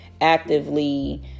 actively